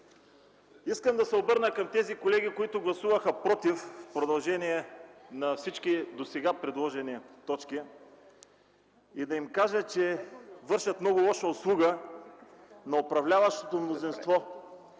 Искам да се обърна към тези колеги, които гласуваха „против” всички предложени досега точки и да им кажа, че вършат много лоша услуга на управляващото мнозинство